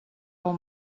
del